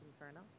Inferno